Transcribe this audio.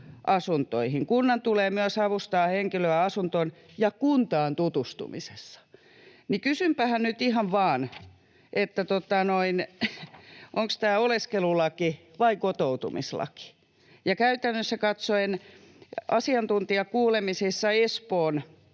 Kunnan tulee myös avustaa henkilöä asuntoon ja kuntaan tutustumisessa. Kysynpähän nyt ihan vaan, onko tämä oleskelulaki vai kotoutumislaki. Käytännössä katsoen asiantuntijakuulemisessa Espoon kaupunki